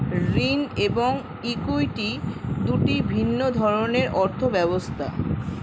ঋণ এবং ইক্যুইটি দুটি ভিন্ন ধরনের অর্থ ব্যবস্থা